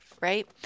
right